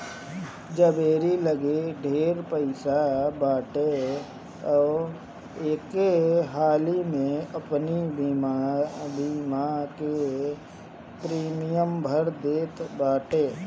जकेरी लगे ढेर पईसा बाटे उ एके हाली में अपनी बीमा के प्रीमियम भर देत बाटे